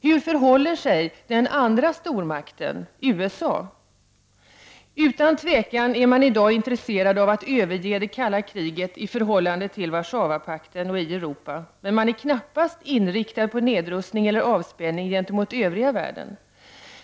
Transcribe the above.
Hur förhåller sig den andra stormakten — USA? Utan tvekan är man i dag intresserad av att överge det kalla kriget i förhållande till Warszawapakten och Europa, men man är knappast inriktad på nedrustning eller avspänning gentemot övriga världen.